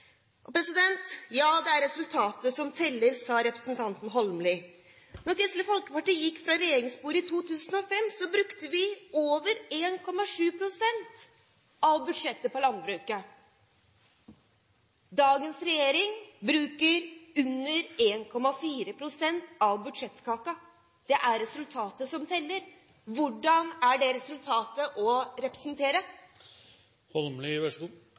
Det er resultatet som teller, sa representanten Holmelid. Da Kristelig Folkeparti gikk fra regjeringsbordet i 2005, brukte vi over 1,7 pst. av budsjettet på landbruket. Dagens regjering bruker under 1,4 pst. av budsjettkaka. Det er resultatet som teller. Hvordan er det å representere det resultatet?